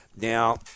Now